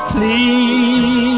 Please